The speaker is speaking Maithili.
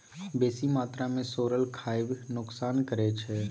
बेसी मात्रा मे सोरल खाएब नोकसान करै छै